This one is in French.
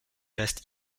reste